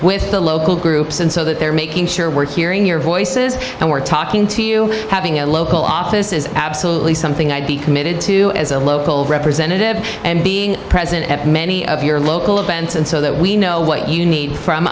with the local groups and so that they're making sure we're hearing your voices and we're talking to you having a local office is absolutely something i'd be committed to as a local representative and being present at many of your local events and so that we know what you need from